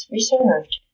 Reserved